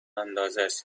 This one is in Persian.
اندازست